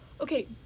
okay